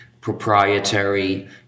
proprietary